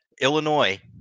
Illinois